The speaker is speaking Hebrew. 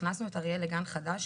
הכנסנו את אריאל לגן חדש,